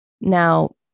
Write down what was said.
Now